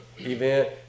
event